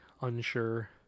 unsure